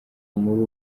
muri